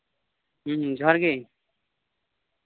ᱦᱩᱸ ᱡᱚᱦᱟᱨ ᱜᱮ